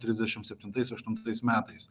trisdešim septintais aštuntais metais